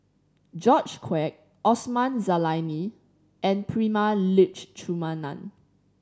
George Quek Osman Zailani and Prema Letchumanan